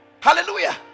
Hallelujah